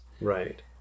Right